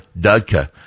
Dudka